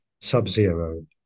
Sub-zero